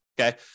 okay